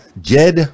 Jed